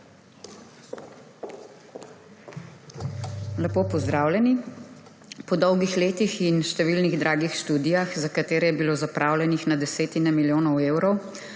Lepo pozdravljeni! Po dolgih letih in številnih dragih študijah, za katere je bilo zapravljenih na desetine milijonov evrov,